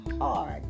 hard